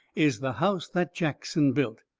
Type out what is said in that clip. is the house that jackson built.